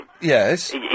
Yes